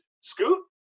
Scoot